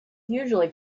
usually